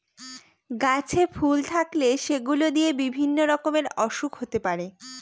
গাছে ফুল থাকলে সেগুলো দিয়ে বিভিন্ন রকমের ওসুখ হতে পারে